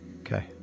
Okay